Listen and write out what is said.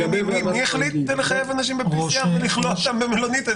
מי החליט לחייב אנשים בבדיקת PCR ולכלוא אותם במלונית?